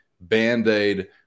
Band-Aid